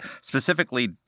specifically